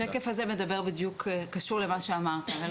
השקף הזה מדבר בדיוק, קשור למה שאמרת.